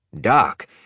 Doc